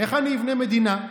איך אני אבנה מדינה?